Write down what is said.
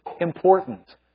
important